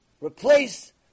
Replace